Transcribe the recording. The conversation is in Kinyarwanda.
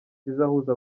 kizahuza